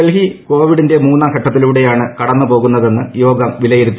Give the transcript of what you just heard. ഡൽഹി കോവിഡിന്റെ മൂന്നാം ഘട്ടത്തിലൂടെയാണ് കടന്ന് പോകുന്നതെന്ന് യോഗം വിലയിരുത്തി